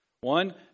One